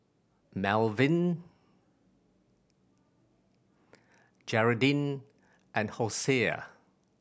Melvyn Geraldine and Hosea